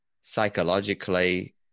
psychologically